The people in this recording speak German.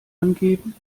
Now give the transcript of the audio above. angeben